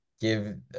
give